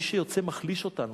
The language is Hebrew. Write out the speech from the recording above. מי שיוצא, מחליש אותנו.